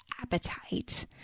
appetite